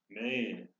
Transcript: Man